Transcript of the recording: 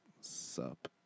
sup